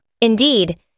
Indeed